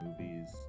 movies